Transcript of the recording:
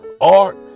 art